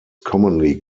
commonly